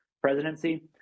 presidency